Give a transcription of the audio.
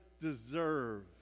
deserve